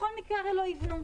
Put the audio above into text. בכל מקרה הרי לא יבנו,